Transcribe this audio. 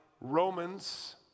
Romans